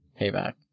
payback